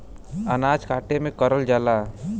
अनाज काटे में करल जाला